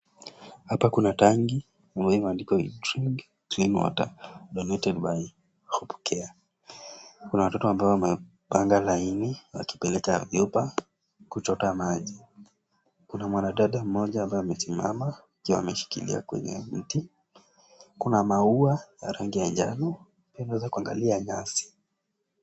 Hapa kuna tanki ambayo imeandikwa We drink clean water Donated by Hopecare . Kuna watoto ambao wamepanga laini wakipeleka vyupa kuchota maji. Kuna mwanadada mmoja ambaye amesimama akiwa ameshikilia kwenye mti. Kuna maua ya rangi ya njano yanaweza kuangalia nyasi.